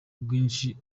ubwinshi